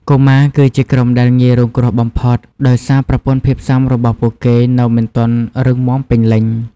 កុមារគឺជាក្រុមដែលងាយរងគ្រោះបំផុត ដោយសារប្រព័ន្ធភាពស៊ាំរបស់ពួកគេនៅមិនទាន់រឹងមាំពេញលេញ។